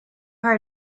her